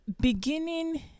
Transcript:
beginning